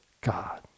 God